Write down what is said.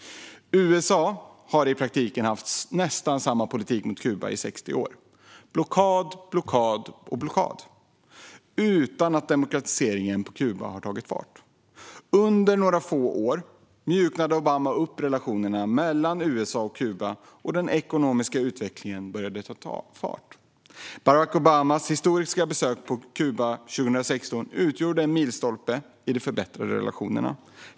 USA har i praktiken haft nästan samma politik mot Kuba i 60 år - blockad, blockad och blockad - utan att demokratiseringen på Kuba har tagit fart. Under några få år mjukade Obama upp relationerna mellan USA och Kuba, och den ekonomiska utvecklingen började ta fart. Barack Obamas historiska besök på Kuba 2016 utgjorde en milstolpe i de förbättrade relationerna.